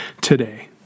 today